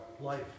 Life